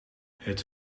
het